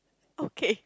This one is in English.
okay